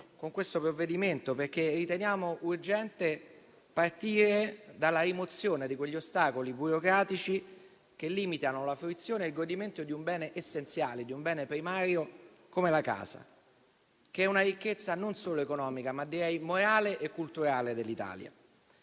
con questo provvedimento, perché riteniamo urgente partire dalla rimozione di quegli ostacoli burocratici che limitano la fruizione e il godimento di un bene essenziale e primario come la casa, che è una ricchezza non solo economica, ma morale e culturale dell'Italia